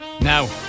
Now